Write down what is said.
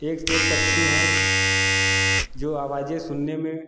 एक से एक पक्षी हैं जो आवाजें सुनने में